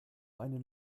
einen